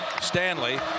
Stanley